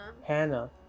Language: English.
hannah